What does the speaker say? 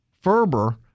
Ferber